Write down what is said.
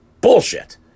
bullshit